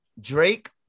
Drake